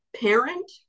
parent